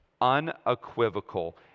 unequivocal